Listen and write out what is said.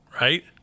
right